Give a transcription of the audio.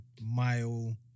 mile